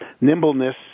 nimbleness